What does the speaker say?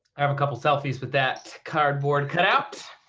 have a couple selfies with that cardboard cutout.